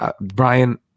Brian